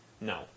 No